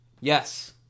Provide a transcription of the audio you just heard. yes